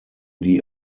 die